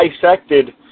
dissected